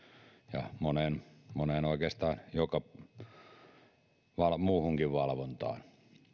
ja oikeastaan moneen muuhunkin valvontaan